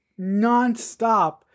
nonstop